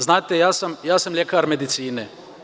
Znate, ja sam lekar medicine.